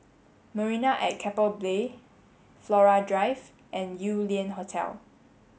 Marina at Keppel Bay Flora Drive and Yew Lian Hotel